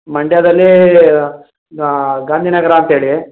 ಮಂಡ್ಯದಲ್ಲಿ ಗಾಂಧಿನಗರ ಅಂತೇಳಿ